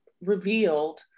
revealed